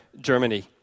Germany